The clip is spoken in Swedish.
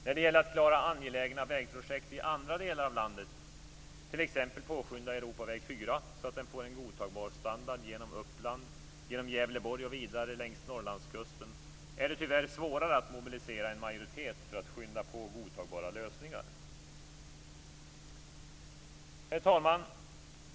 När det gäller att klara angelägna vägprojekt i andra delar av landet, t.ex. påskynda Europaväg 4 så att den får en godtagbar standard genom Uppland, Gävleborg och vidare längs Norrlandskusten, är det tyvärr svårare att mobilisera en majoritet för att skynda på godtagbara lösningar. Herr talman!